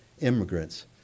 immigrants